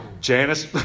Janice